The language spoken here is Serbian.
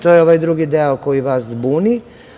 To je ovaj drugi deo koji vas buni.